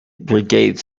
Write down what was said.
brigade